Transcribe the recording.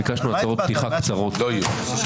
ביקשנו לקבל זמן להצהרות פתיחה קצרות ולא קיבלנו.